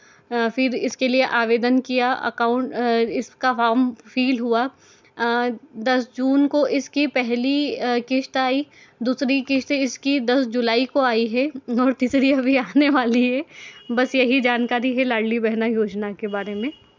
फिर इसके लिए आवेदन किया अकाउंट इसका फ़ॉर्म फिल हुआ दस जून को इसकी पहली किश्त आई दूसरी किश्त इसकी दस जुलाई को आई है और तीसरी अभी आने वाली है बस ये ही जानकारी है लाडली बहना योजना के बारे में